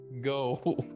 go